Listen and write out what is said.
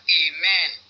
amen